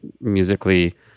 musically